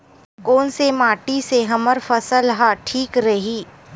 कोन से माटी से हमर फसल ह ठीक रही?